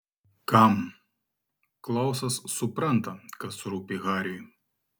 kam klausas supranta kas rūpi hariui